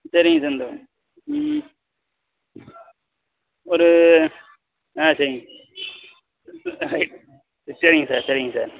சரிங்க சார் இந்தா ம் ஒரு ஆ சரிங்க சரிங்க சார் சரிங்க சார்